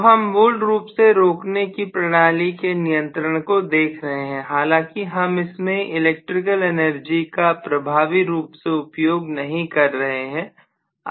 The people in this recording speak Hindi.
तो हम मूल रूप से रोकने की प्रणाली के नियंत्रण को देख रहे हैं हालांकि हम इसमें इलेक्ट्रिकल एनर्जी का प्रभावी रूप से उपयोग नहीं कर रहे हैं